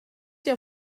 your